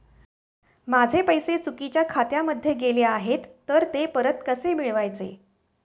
माझे पैसे चुकीच्या खात्यामध्ये गेले आहेत तर ते परत कसे मिळवायचे?